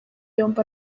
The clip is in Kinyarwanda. yombi